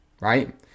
right